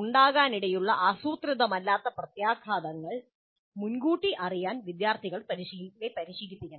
ഉണ്ടാകാനിടയുള്ള ആസൂത്രിതമല്ലാത്ത പ്രത്യാഘാതങ്ങൾ മുൻകൂട്ടി അറിയാൻ വിദ്യാർത്ഥികളെ പരിശീലിപ്പിക്കണം